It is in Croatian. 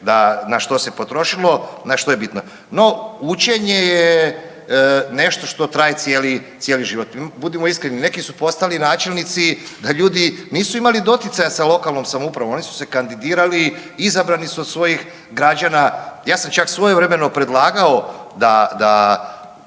na što se potrošilo na što je bitno. No, učenje je nešto što traje cijeli život. Budimo iskreni, neki su postali načelnici, ljudi nisu imali doticaja sa lokalnom samoupravom, oni su se kandidirali, izabrani su od svojih građana, ja sam čak svojevremeno predlagao da